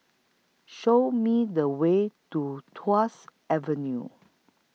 Show Me The Way to Tuas Avenue